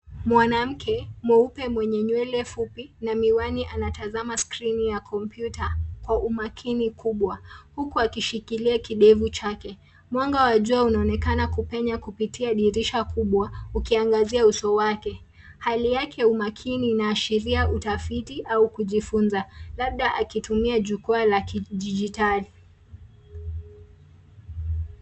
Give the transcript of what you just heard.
Mwanamke, mweupe mwenye nywele fupi na miwani anatazama skrini ya kompyuta kwa umakini kubwa huku akishikilia kidevu chake. Mwanga wa jua unaonekana kupenya kupitia dirisha kubwa na ukiangaza uso wake. Hali yake ya umakini inaashiria utafiti au kujifunza, labda akitumia jukwaa la kijidijitali.